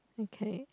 okay